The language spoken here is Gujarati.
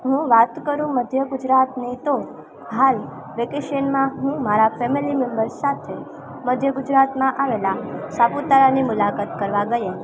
હું વાત કરું મધ્ય ગુજરાતની તો હાલ વેકેશનમાં હું મારા ફેમિલી મેમ્બર્સ સાથે મધ્ય ગુજરાતમાં આવેલા સાપુતારાની મુલાકાત કરવા ગઈ હતી